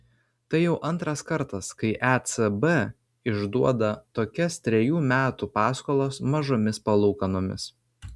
tai jau antras kartas kai ecb išduoda tokias trejų metų paskolas mažomis palūkanomis